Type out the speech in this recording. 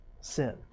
sin